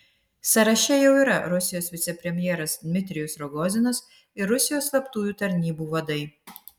sąraše jau yra rusijos vicepremjeras dmitrijus rogozinas ir rusijos slaptųjų tarnybų vadai